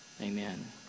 Amen